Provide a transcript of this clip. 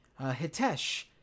Hitesh